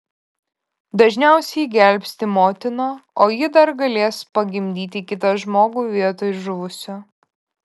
dažniausiai gelbsti motiną o ji dar galės pagimdyti kitą žmogų vietoj žuvusio